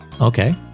Okay